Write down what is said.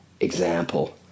example